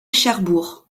cherbourg